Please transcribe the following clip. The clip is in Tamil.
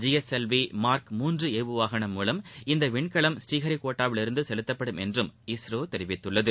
G S L V Mark மூன்று ஏவுவாகனம் மூலம் இந்த விண்கலம் ஸ்ரீஹரிகோட்டாவிலிருந்து செலுத்தப்படும் என்றும் இஸ்ரோ தெரிவித்துள்ளது